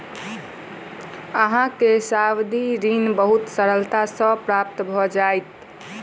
अहाँ के सावधि ऋण बहुत सरलता सॅ प्राप्त भ जाइत